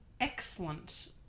excellent